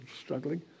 struggling